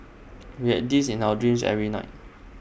we had this in our dreams every night